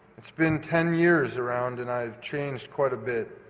it's been ten years around and i've changed quite a bit.